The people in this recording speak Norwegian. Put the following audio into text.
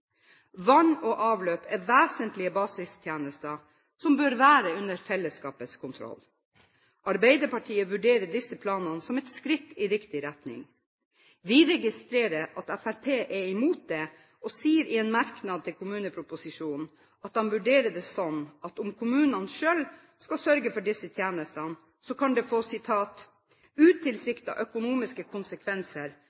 vann- og avløpsinfrastruktur. Vann og avløp er vesentlige basistjenester som bør være under fellesskapets kontroll. Arbeiderpartiet vurderer disse planene som et skritt i riktig retning. Vi registrerer at Fremskrittspartiet er imot det. De sier i en merknad til kommuneproposisjonen at de vurderer det slik at om kommunene selv skal sørge for disse tjenestene, kan det få